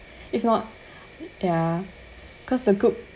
if not ya cause the cook